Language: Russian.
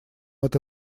это